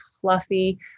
fluffy